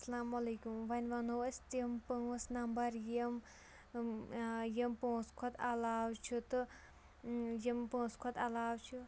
اَسَلامُ علیکُم وَنہِ وَنو أسۍ تِم پانٛژھ نمبر یِم یِم پانٛژھ کھۄتہٕ علاوٕ چھِ تہٕ یِم پانٛژھ کھۄتہٕ علاوٕ چھِ